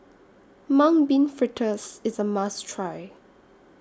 Mung Bean Fritters IS A must Try